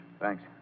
Thanks